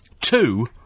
Two